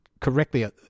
correctly